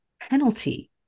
penalty